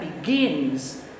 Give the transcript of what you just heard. begins